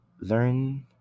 learn